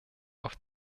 auf